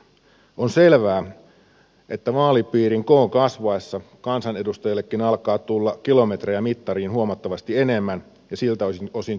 on selvää että vaalipiirin koon kasvaessa kansanedustajillekin alkaa tulla kilometrejä mittariin huomattavasti enemmän ja siltä osin työn rasittavuus kasvaa